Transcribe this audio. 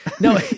No